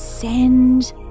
Send